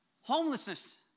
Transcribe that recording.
Homelessness